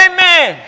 Amen